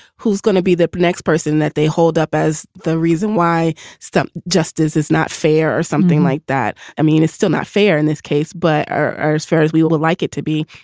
who's gonna be the next person that they hold up as the reason why some justice is not fair or something like that? i mean, it's still not fair in this case, but are as fair as we would would like it to be.